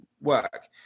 work